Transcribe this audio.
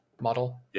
model